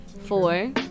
Four